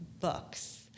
books